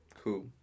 cool